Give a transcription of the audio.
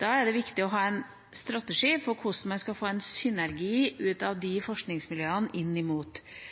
Da er det viktig å ha en strategi for hvordan man skal få en synergi